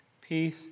Peace